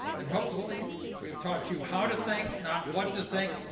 and hopefully we have taught you how to think, not what to think,